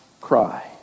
cry